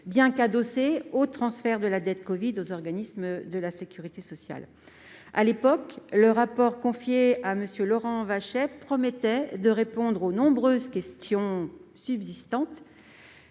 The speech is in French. est adossée au transfert de la dette covid aux organismes de la sécurité sociale. À l'époque, le rapport confié à M. Laurent Vachey promettait de répondre aux nombreuses questions subsistantes,